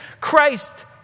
Christ